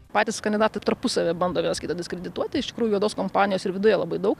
patys kandidatai tarpusavyje bando vienas kitą diskredituoti iš tikrųjų juodos kompanijos ir viduje labai daug